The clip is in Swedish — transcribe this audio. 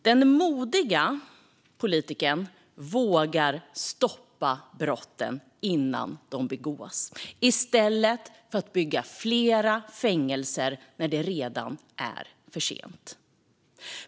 Den modiga politikern vågar stoppa brotten innan de begås i stället för att bygga fler fängelser när det redan är för sent.